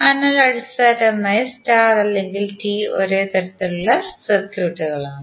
അതിനാൽ അടിസ്ഥാനപരമായി സ്റ്റാർ അല്ലെങ്കിൽ ടി ഒരേ തരത്തിലുള്ള സർക്യൂട്ടുകളാണ്